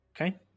Okay